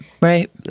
right